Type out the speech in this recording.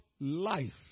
life